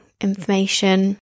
information